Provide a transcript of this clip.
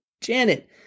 Janet